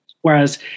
Whereas